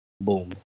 Boom